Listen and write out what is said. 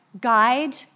guide